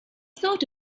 thought